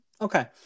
okay